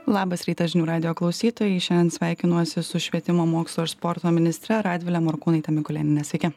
labas rytas žinių radijo klausytojai šendien sveikinuosi su švietimo mokslo ir sporto ministre radvile morkūnaite mikulėniene sveiki